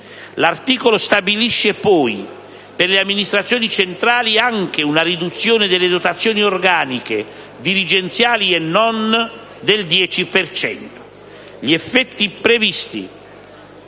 L'articolo stabilisce poi per le amministrazioni centrali anche una riduzione delle dotazioni organiche, dirigenziali e non, del 10